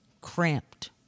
Cramped